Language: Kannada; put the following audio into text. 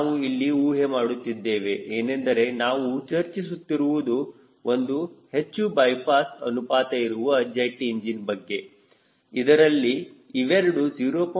ನಾವು ಇಲ್ಲಿ ಊಹೆ ಮಾಡುತ್ತಿದ್ದೇವೆ ಏನೆಂದರೆ ನಾವು ಚರ್ಚಿಸುತ್ತಿರುವುದು ಒಂದು ಹೆಚ್ಚು ಬೈಪಾಸ್ ಅನುಪಾತ ಇರುವ ಜೆಟ್ ಇಂಜಿನ್ ಬಗ್ಗೆ ಇದರಲ್ಲಿ ಇವೆರಡು 0